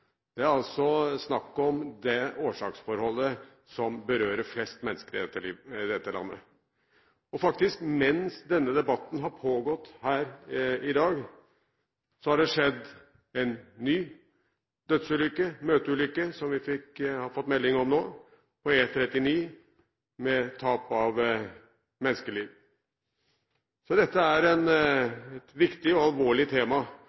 Det er altså snakk om det årsaksforholdet som berører flest mennesker i dette landet. Mens denne debatten har pågått her i dag, har det faktisk skjedd en ny dødsulykke, på E39 – en møteulykke, som vi har fått melding om – med tap av menneskeliv. Så dette er et viktig og alvorlig tema,